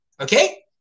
Okay